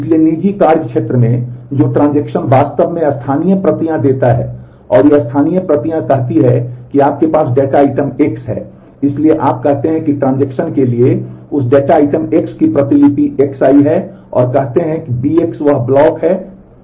इसलिए निजी कार्य क्षेत्र में जो ट्रांजेक्शन के लिए उस डेटा आइटम X की प्रतिलिपि xi है और कहते हैं Bx वह ब्लॉक है जो इसमें X है